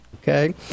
Okay